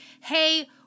hey